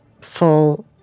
full